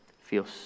feels